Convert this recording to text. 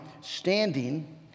standing